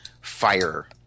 fire